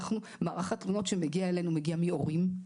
מערך התלונות שמגיע אלינו מגיע מהורים,